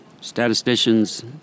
statisticians